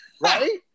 right